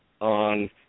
on